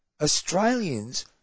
Australians